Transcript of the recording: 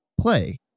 play